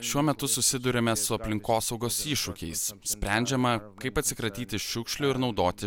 šiuo metu susiduriame su aplinkosaugos iššūkiais sprendžiama kaip atsikratyti šiukšlių ir naudoti